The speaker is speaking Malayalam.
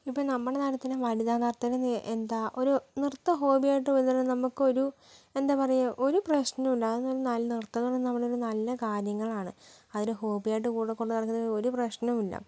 ഇപ്പോൾ നമ്മുടെ നാട്ടിൽ തന്നെ വനിത നർത്തകർ നേ എന്താ ഒരു നൃത്തം ഹോബിയായിട്ട് പിന്തുടരാൻ നമുക്ക് ഒരു എന്താ പറയാ ഒരു പ്രശ്നവുമില്ല അതെന്ന് പറഞ്ഞാൽ നൃത്തംന്നു പറയുമ്പോൾ നല്ല കാര്യങ്ങളാണ് അതിനെ ഹോബിയായിട്ട് കൂടെകൊണ്ട് നടക്കുന്നതിൽ ഒരു പ്രശ്നവുമില്ല